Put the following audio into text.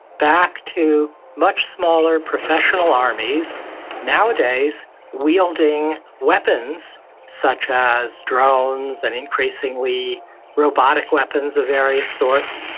back to much smaller professional armies nowadays, wielding weapons such as drones, and increasingly robotic weapons of various sorts,